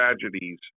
tragedies